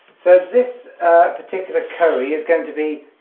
so this particular curry is going to be